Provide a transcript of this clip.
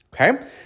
Okay